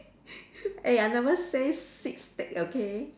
eh I never say six stack okay